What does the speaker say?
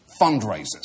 fundraisers